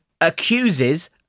accuses